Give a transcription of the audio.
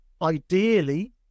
ideally